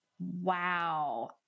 wow